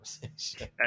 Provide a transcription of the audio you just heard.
conversation